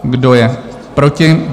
Kdo je proti?